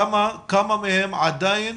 כמה מהם עדיין